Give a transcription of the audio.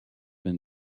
been